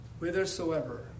Whithersoever